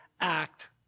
act